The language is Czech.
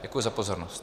Děkuji za pozornost.